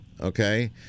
okay